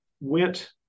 went